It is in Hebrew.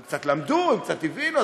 הם קצת למדו, הם קצת הבינו.